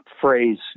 phrase